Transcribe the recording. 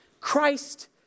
Christ